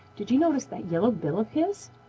did you notice that yellow bill of his?